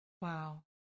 Wow